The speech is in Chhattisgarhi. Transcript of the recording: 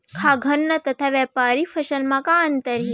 खाद्यान्न तथा व्यापारिक फसल मा का अंतर हे?